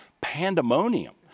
pandemonium